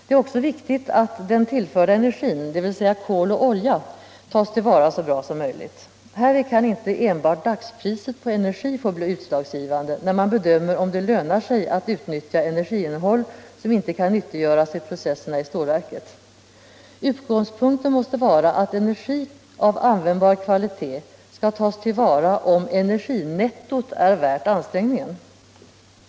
Det är också viktigt att den tillförda energin, dvs. kol och olja, tas till vara så bra som möjligt. Inte enbart dagspriset på energi kan få bli utslagsgivande när man bedömer om det lönar sig att utnyttja energiinnehåll som inte kan nyttiggöras i processerna i stålverket. Utgångspunkten måste vara att energiresurser av användbar kvalitet skall tas till vara om energinettot är värt ansträngningen.